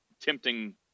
tempting